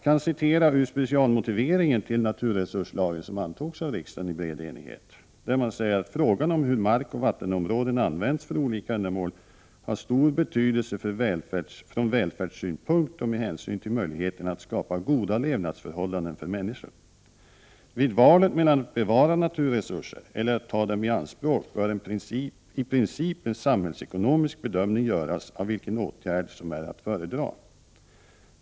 I den specialmotivering till naturresurslagen som antogs av riksdagen i bred enighet sägs att frågan om hur markoch vattenområden används för olika ändamål har stor betydelse från välfärdssynpunkt och med hänsyn till möjligheten att skapa goda levnadsförhållanden för människor. Vid valet mellan att bevara naturresurser eller att ta dem i anspråk bör i princip en samhällsekonomisk bedömning göras av vilken åtgärd som är att föredra.